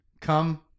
Come